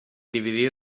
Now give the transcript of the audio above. dividir